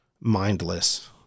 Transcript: mindless